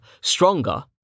stronger